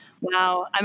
Wow